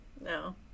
No